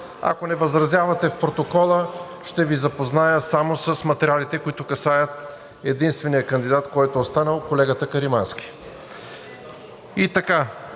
ако не възразявате, в протокола ще Ви запозная само с материалите, които касаят единствения кандидат, който е останал – колегата Каримански.